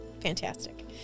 fantastic